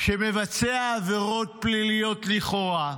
שמבצע עבירות פליליות לכאורה,